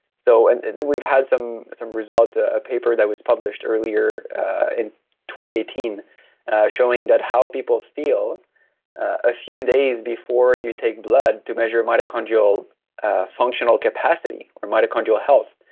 so and we've had some some results. a a paper that was published earlier and eighteen showing that how people feel a few days before you take blood to measure mitochondrial functional capacity or mitochondrial health